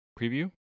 preview